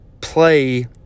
play